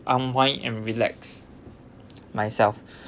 unwind and relax myself